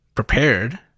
prepared